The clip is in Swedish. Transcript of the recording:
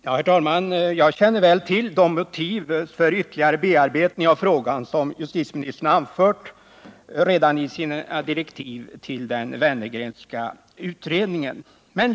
Herr talman! Jag känner väl till de motiv för ytterligare bearbetning av frågan som justitieministern anförde redan i sina direktiv till den Wennergrenska utredningen.